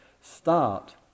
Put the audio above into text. start